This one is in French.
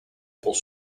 pour